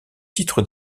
titre